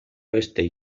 oeste